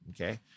Okay